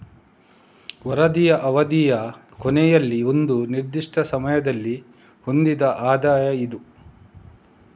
ವರದಿಯ ಅವಧಿಯ ಕೊನೆಯಲ್ಲಿ ಒಂದು ನಿರ್ದಿಷ್ಟ ಸಮಯದಲ್ಲಿ ಹೊಂದಿದ ಆದಾಯ ಇದು